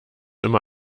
immer